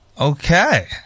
Okay